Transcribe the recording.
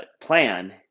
plan